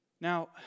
Now